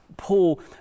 Paul